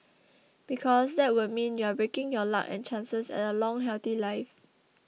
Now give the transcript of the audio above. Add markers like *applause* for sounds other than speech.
*noise* because that would mean you're breaking your luck and chances at a long healthy life